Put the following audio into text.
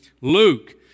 Luke